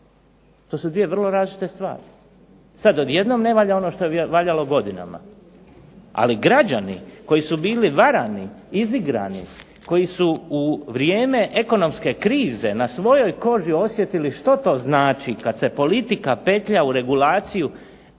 To su dvije vrlo različite stvari. Sada odjednom ne valja ono što je valjalo godinama. Ali građani koji su bili varani, izigrani, koji su u vrijeme ekonomske krize na svojoj koži osjetili što to znači kada se politika petlja u regulaciju